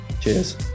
Cheers